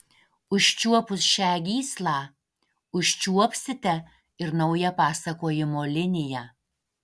užčiuopus šią gyslą užčiuopsite ir naują pasakojimo liniją